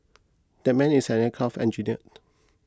that man is an aircraft engineer